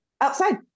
outside